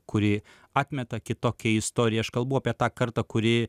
kuri atmeta kitokią istoriją aš kalbu apie tą kartą kuri